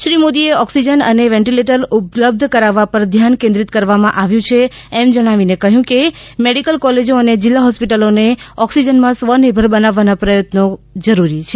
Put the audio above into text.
શ્રી મોદીએ ઓક્સિજન અને વેન્ટિલેટર ઉપલબ્ધ કરાવવા પર ધ્યાન કેન્દ્રિત કરવામાં આવ્યું છે એમ કહીને કહ્યું કે મેડિકલ કોલેજો અને જિલ્લા હોસ્પિટલોને ઓક્સિજનમાં સ્વનિર્ભર બનાવવાના પ્રયત્નો જરૂરી છે